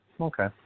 okay